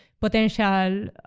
potential